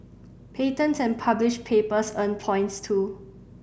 patents and published papers earn points too